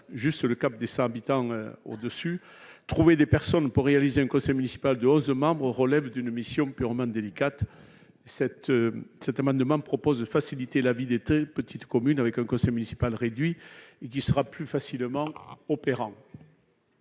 juste le cap des 100 habitants au-dessus, trouver des personnes pour réaliser une caution municipale de 11 membres, relève d'une mission purement délicate cet cet amendement propose de faciliter la vie des telle petite commune avec quoi ça municipal réduit et qui sera plus facilement opérant.